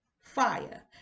fire